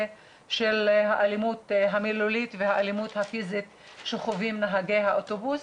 של האלימות והאלימות הפיזית שחווים נהגי האוטובוס,